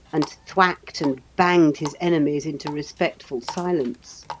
and thwacked and banged his enemies into respectful silence.